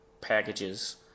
packages